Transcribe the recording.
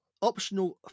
optional